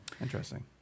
interesting